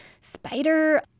spider